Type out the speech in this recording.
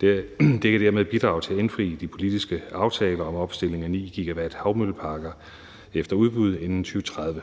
Det kan dermed bidrage til at indfri de politiske aftaler om opstilling af 9 GW havmølleparker efter udbud inden 2030.